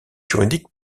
juridique